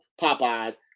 Popeyes